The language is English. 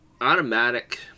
automatic